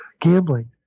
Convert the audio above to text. gambling